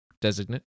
Designate